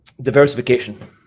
diversification